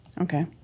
Okay